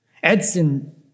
Edson